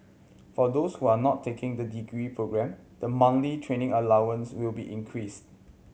for those who are not taking the degree programme the monthly training allowances will be increased